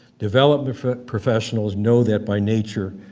development professionals know that by nature,